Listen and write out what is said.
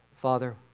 Father